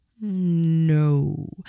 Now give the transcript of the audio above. No